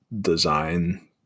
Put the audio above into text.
design